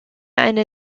eine